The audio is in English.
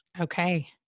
Okay